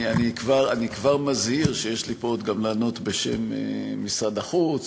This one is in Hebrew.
אני כבר מזהיר שיש לי פה עוד גם לענות בשם משרד החוץ,